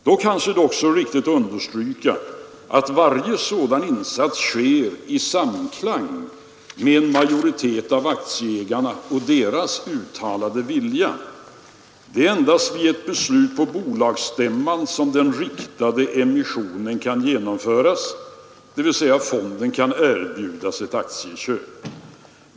Då kanske det också är riktigt att understryka att varje sådan insats sker i samklang med en majoritet av aktieägarna och deras uttalade vilja. Det är endast vid ett beslut på bolagsstämman som denna s.k. riktade emission kan genomföras, dvs. fonden kan erbjudas ett aktieköp.